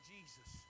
Jesus